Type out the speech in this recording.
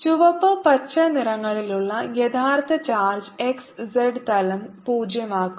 ചുവപ്പ് പച്ച നിറങ്ങളിലുള്ള യഥാർത്ഥ ചാർജ് x z തലം പൂജ്യമാക്കും